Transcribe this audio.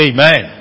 Amen